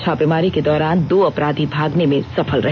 छापामारी के दौरान दो अपराधी भागने में सफल रहे